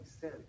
sin